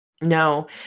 no